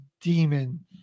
demon